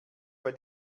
bei